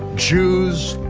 jews,